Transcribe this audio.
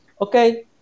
Okay